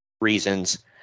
reasons